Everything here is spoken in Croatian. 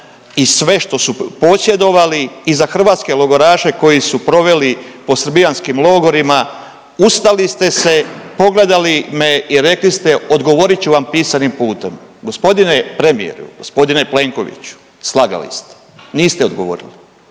i sve što su posjedovali i za hrvatske logoraše koji su proveli po srbijanskim logorima, ustali ste se, pogledali me i rekli ste odgovorit ću vam pisanim putem. Gospodine premijeru, g. Plenkoviću slagali ste, niste odgovorili,